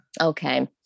Okay